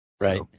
Right